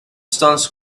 stones